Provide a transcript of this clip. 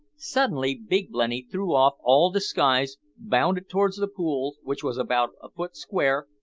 suddenly big blenny threw off all disguise, bounded towards the pool, which was about a foot square,